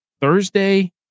Thursday